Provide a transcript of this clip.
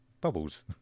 bubbles